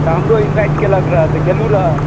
हमरो इनभाइट कयलक रहऽ तऽ गेलहुँ रहऽ